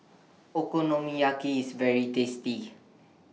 Okonomiyaki IS very tasty